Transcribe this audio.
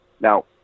Now